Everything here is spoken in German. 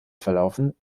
verlaufen